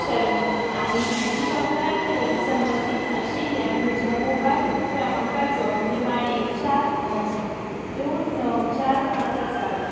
शर्मा आनी डिजिलॉकरा कडेन संबंदींत आशिल्ल्या म्हज्या मोबायल क्रमांकाचो निमाणे चार अंक दोन णव चार पांच आसात